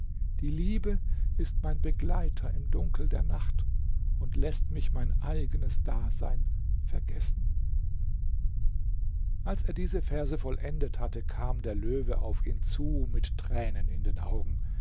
die liebe ist mein begleiter im dunkel der nacht und läßt mich mein eigenes dasein vergessen als er diese verse vollendet hatte kam der löwe auf ihn zu mit tränen in den augen